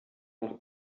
nach